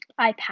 ipad